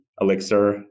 Elixir